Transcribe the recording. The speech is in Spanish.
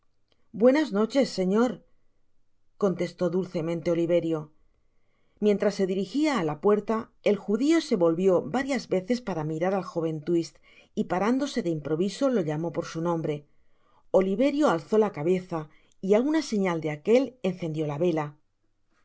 buenas noches señor contestó dulcemente oliverio mientras se dirijia á la puerta el judio se volvió vaiias veces para mirar al joven twist y parándose de improviso lo llamó por su nombre oliverio alzó la cabeza y á una señal de aquel encendió la vela al